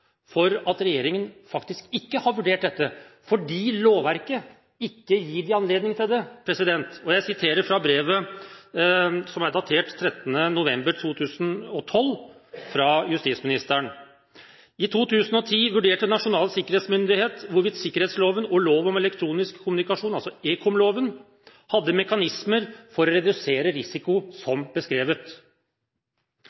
for at regjeringen faktisk ikke har vurdert dette, fordi lovverket ikke gir anledning til det. Jeg siterer fra brevet fra justisministeren, som er datert 13. november 2012: «I 2010 vurderte NSM hvorvidt sikkerhetsloven og lov om elektronisk kommunikasjon hadde mekanismer for å redusere risiko som